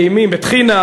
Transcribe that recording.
בטחינה,